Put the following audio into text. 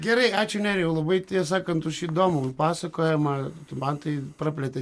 gerai ačiū nerijau labai tiesakant už įdomų pasakojimą man tai praplėtė